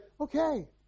okay